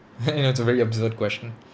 I know it's a very absurd question